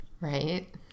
Right